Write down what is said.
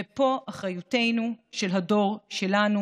ופה אחריותנו של הדור שלנו.